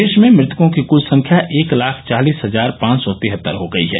देश में मृतकों की कल संख्या एक लाख चालिस हजार पांच सौ तिहत्तर हो गई है